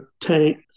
tank